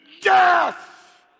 death